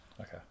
Okay